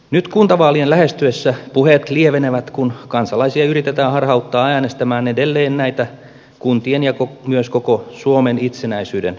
nyt kuntavaalien lähestyessä puheet lievenevät kun kansalaisia yritetään harhauttaa äänestämään edelleen näitä kuntien ja myös koko suomen itsenäisyyden uhraajia